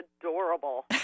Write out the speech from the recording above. adorable